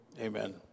Amen